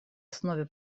основе